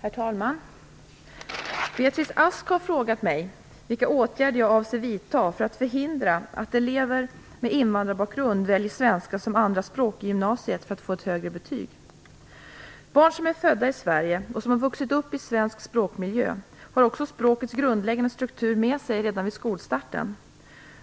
Herr talman! Beatrice Ask har frågat mig vilka åtgärder jag avser vidta för att förhindra att elever med invandrarbakgrund väljer svenska som andraspråk i gymnasiet för att få ett högre betyg. Barn som är födda i Sverige och som har vuxit upp i svensk språkmiljö har också språkets grundläggande struktur med sig redan vid skolstarten.